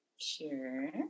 Sure